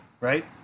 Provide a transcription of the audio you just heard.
right